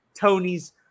Tony's